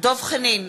דב חנין,